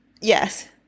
Yes